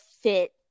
fit